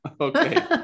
Okay